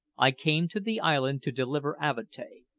i came to the island to deliver avatea,